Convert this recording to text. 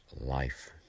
life